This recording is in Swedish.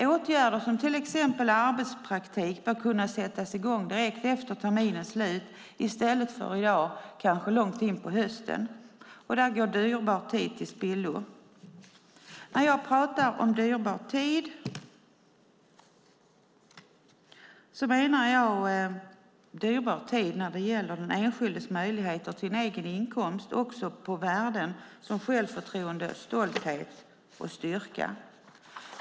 Åtgärder som till exempel arbetspraktik ska kunna sättas i gång direkt efter terminens slut, i stället för som i dag kanske långt in på hösten. Här går dyrbar tid till spillo. När jag pratar om dyrbar tid tänker jag på den enskildes möjlighet till en egen inkomst och på värden som självförtroende, stolthet och styrka.